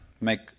make